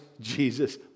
Jesus